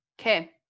Okay